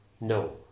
no